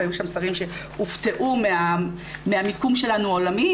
והיו שם שרים שהופתעו מהמיקום העולמי